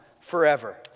forever